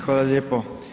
Hvala lijepo.